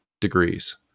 degrees